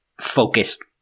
focused